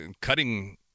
cutting